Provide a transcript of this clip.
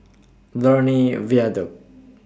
Lornie Viaduct